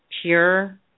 pure